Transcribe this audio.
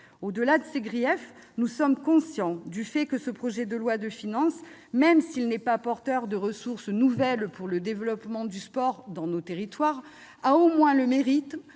Au-delà de ces griefs, nous sommes conscients du fait que ce projet de loi de finances, même s'il n'est pas porteur de ressources nouvelles pour le développement du sport dans nos territoires, a au moins le mérite